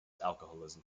alcoholism